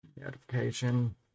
notification